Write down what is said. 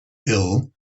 ill